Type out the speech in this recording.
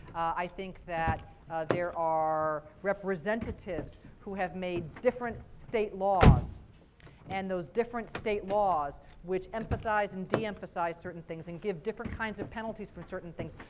i think that there are representatives who have made different state laws and those different state laws which emphasize and deemphasize certain things, and give different kinds of penalties for certain things,